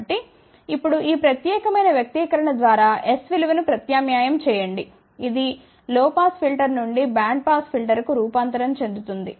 కాబట్టి ఇప్పుడు ఈ ప్రత్యేక వ్యక్తీకరణ ద్వారా S విలువ ను ప్రత్యామ్నాయం చేయండి ఇది లో పాస్ ఫిల్టర్ నుండి బ్యాండ్పాస్ ఫిల్టర్కు రూపాంతరం చెందుతుంది